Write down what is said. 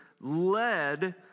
led